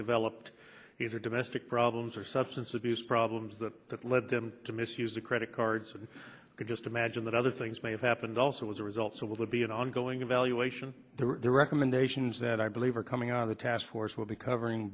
developed these are domestic problems or substance abuse problems that that led them to misuse the credit cards and i could just imagine that other things may have happened also as a result so will be an ongoing evaluation the recommendations that i believe are coming out of the task force will be covering